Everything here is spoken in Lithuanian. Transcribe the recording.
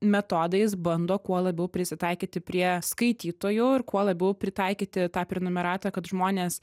metodais bando kuo labiau prisitaikyti prie skaitytojų ir kuo labiau pritaikyti tą prenumeratą kad žmonės